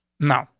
now.